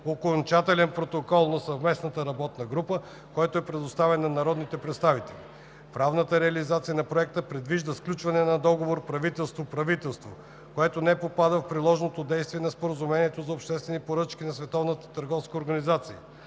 окончателен протокол на Съвместната работна група, който е предоставен на народните представители. Правната реализация на Проекта предвижда сключване на договор Правителство-Правителство, който не попада в приложното действие на Споразумението за обществените поръчки на